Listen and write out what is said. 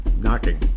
knocking